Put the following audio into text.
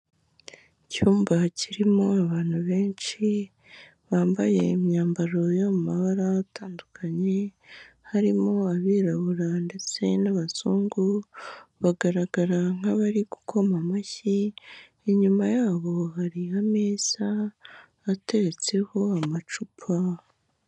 Icyumba kirimo abantu benshi, bambaye imyambaro yo mu mabara atandukanye, harimo abirabura ndetse n'abazungu, bagaragara nk'abari gukoma amashyi, inyuma yabo hari ameza ateretseho amacupa.